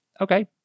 okay